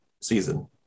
season